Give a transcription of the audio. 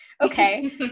Okay